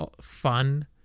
fun